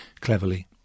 cleverly